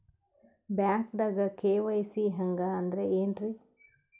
ಬ್ಯಾಂಕ್ದಾಗ ಕೆ.ವೈ.ಸಿ ಹಂಗ್ ಅಂದ್ರೆ ಏನ್ರೀ?